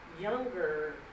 younger